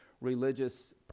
religious